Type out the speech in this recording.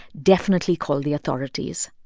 definitely call the authorities.